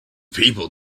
people